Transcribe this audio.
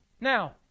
Now